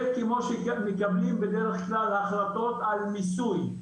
זה כמו שמקבלים בדרך כלל החלטות על מיסוי.